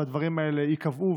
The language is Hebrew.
והדברים האלה ייקבעו,